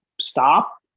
stop